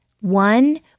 One